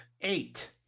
Eight